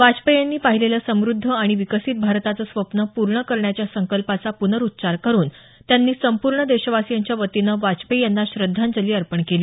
वाजपेयींनी पाहिलेलं समुद्ध आणि विकसित भारताचं स्वप्न पूर्ण करण्याच्या संकल्पाचा प्नरुच्चार करून त्यांनी संपूर्ण देशवासीयांच्या वतीनं वाजपेयी यांना श्रद्धांजली अर्पण केली